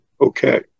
okay